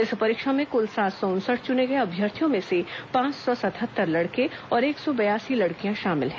इस परीक्षा में कुल सात सौ उनसठ चुने गए अभ्यर्थियों में पांच सौ सतहत्तर लड़के और एक सौ बयासी लडकियां शामिल हैं